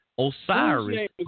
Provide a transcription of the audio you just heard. osiris